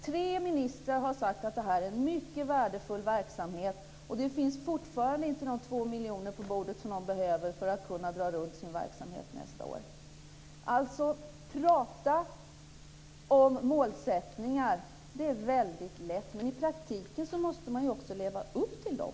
Tre ministrar har sagt att det här är en mycket värdefull verksamhet, men fortfarande finns inte de 2 miljoner på bordet som de behöver för att kunna dra runt sin verksamhet nästa år. Alltså, prata om målsättningar är väldigt lätt, men i praktiken måste man också leva upp till dem.